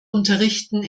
unterrichten